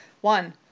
One